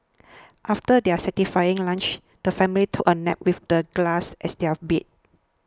after their satisfying lunch the family took a nap with the grass as their bed